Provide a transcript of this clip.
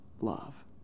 love